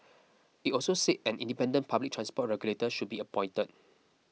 it also said that an independent public transport regulator should be appointed